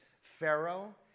Pharaoh